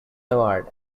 award